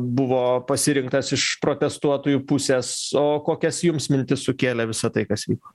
buvo pasirinktas iš protestuotojų pusės o kokias jums mintis sukėlė visa tai kas vyko